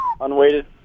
unweighted